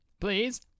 Please